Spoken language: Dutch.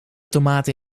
tomaten